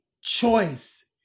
choice